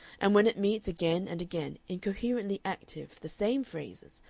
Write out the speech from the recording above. and when it meets again and again, incoherently active, the same phrases,